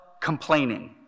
complaining